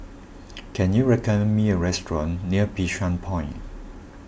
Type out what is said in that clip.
can you recommend me a restaurant near Bishan Point